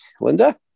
Linda